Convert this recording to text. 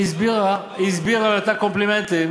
והיא הסבירה ונתנה קומפלימנטים